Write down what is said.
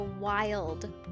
wild